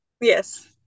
Yes